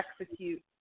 execute